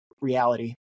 reality